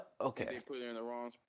okay